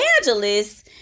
Angeles